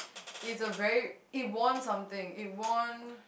it's a very it won something it won